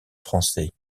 français